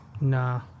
Nah